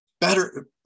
better